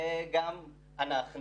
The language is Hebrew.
גם אנחנו